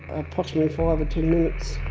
approximately five or ten minutes